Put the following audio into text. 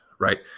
right